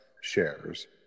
shares